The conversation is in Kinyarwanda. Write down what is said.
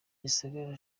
gisagara